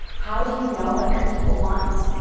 how do you know what your people want?